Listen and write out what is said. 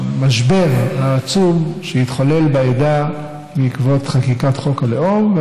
המשבר העצום שהתחולל בעדה בעקבות חקיקה חום הלאום.